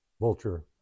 Vulture